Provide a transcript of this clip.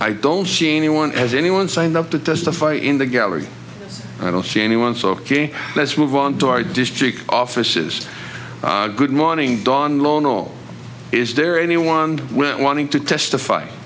i don't see anyone as anyone signed up to testify in the gallery i don't see anyone so ok let's move on to our district offices good morning dawn loan all is there anyone wanting to testify